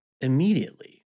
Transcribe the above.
immediately